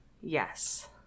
Yes